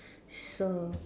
so